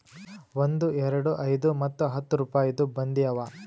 ಒಂದ್, ಎರಡು, ಐಯ್ದ ಮತ್ತ ಹತ್ತ್ ರುಪಾಯಿದು ಬಂದಿ ಅವಾ